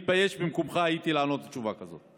במקומך הייתי מתבייש לענות תשובה כזאת.